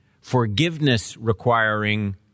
forgiveness-requiring